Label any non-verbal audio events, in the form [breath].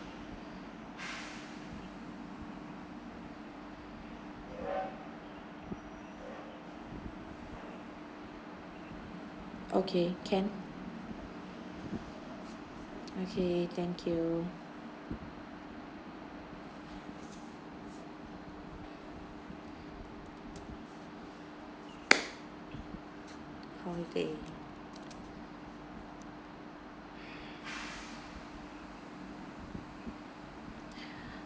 okay can okay thank you holiday [breath]